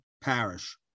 parish